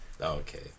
okay